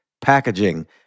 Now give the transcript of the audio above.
packaging